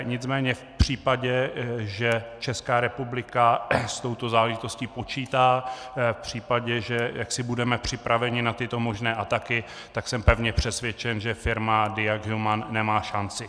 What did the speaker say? Nicméně v případě, že Česká republika s touto záležitostí počítá, v případě, že budeme připraveni na tyto možné ataky, tak jsem pevně přesvědčen, že firma Diag Human nemá šanci.